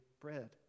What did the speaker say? bread